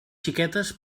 xiquetes